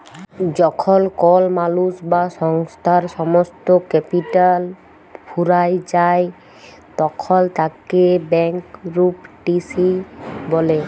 যখল কল মালুস বা সংস্থার সমস্ত ক্যাপিটাল ফুরাঁয় যায় তখল তাকে ব্যাংকরূপটিসি ব্যলে